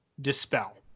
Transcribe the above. dispel